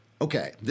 Okay